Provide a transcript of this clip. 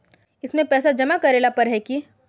इसमें पैसा जमा करेला पर है की?